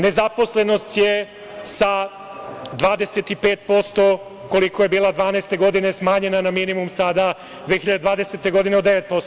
Nezaposlenost je sa 25%, koliko je bila 2012. godine, smanjena na minimum sada, 2020. godine, od 9%